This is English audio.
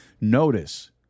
Notice